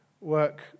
work